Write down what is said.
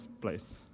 place